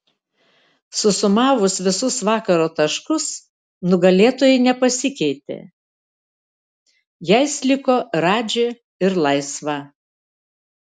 susumavus visus vakaro taškus nugalėtojai nepasikeitė jais liko radži ir laisva